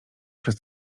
przez